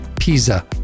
Pisa